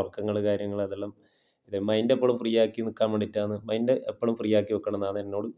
ഉറക്കങ്ങൾ കാര്യങ്ങൾ അതെല്ലാം മൈൻ്റ് എപ്പോഴും ഫ്രീ ആക്കി നിൽക്കാന് വേണ്ടിയിട്ടാണ് മൈൻ്റെ എപ്പോഴും ഫ്രീ ആക്കി വയ്ക്കണം എന്നാണ് എന്നോട്